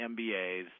MBAs